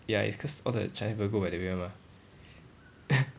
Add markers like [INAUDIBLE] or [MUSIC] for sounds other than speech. ya it's cause all the china people go by that way mah [LAUGHS]